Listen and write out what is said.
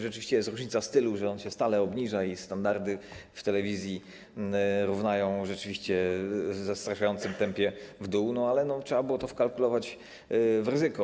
Rzeczywiście jest różnica stylu, on się stale obniża i standardy w telewizji równają rzeczywiście w zastraszającym tempie w dół, ale trzeba było wkalkulować to ryzyko.